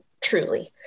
truly